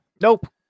Nope